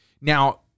Now